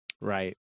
Right